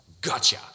gotcha